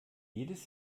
jedes